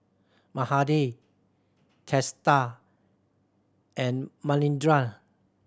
Mahade Teesta and Manindra